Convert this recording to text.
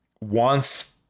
wants